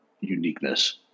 uniqueness